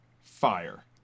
Fire